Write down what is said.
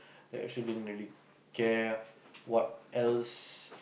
that you actually didn't actually care what else